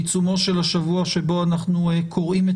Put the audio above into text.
בעיצומו של השבוע שבו אנחנו קוראים את